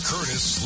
Curtis